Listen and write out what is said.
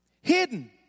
hidden